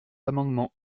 l’amendement